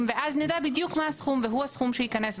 ואז נדע בדיוק מה הסכום והוא הסכום שייכנס.